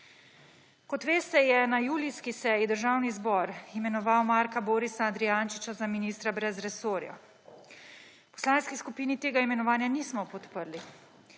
Kot veste, je na julijski seji Državni zbor imenoval Marka Borisa Adrijančiča za ministra brez resorja. V poslanski skupini tega imenovanja nismo podprli.